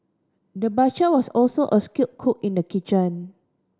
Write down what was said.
the butcher was also a skilled cook in the kitchen